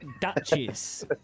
Duchess